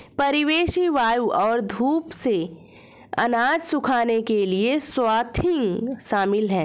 परिवेशी वायु और धूप से अनाज सुखाने के लिए स्वाथिंग शामिल है